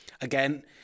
Again